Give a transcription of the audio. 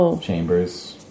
chambers